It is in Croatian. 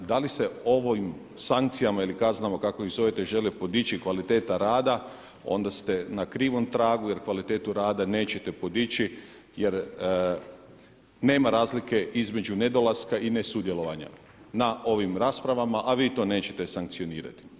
Da li se ovim sankcijama ili kaznama, kako iz zovete želi podići kvaliteta rada onda ste na krivom tragu jer kvalitetu rada nećete podići jer nema razlike između nedolaska i ne sudjelovanja na ovim raspravama a vi to nećete sankcionirati.